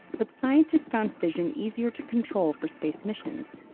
but scientists found fission easier to control for space missions.